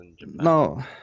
No